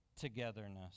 togetherness